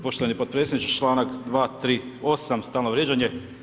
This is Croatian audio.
Poštovani potpredsjedniče članak 238. stalno vrijeđanje.